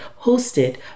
hosted